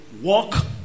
walk